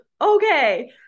okay